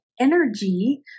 energy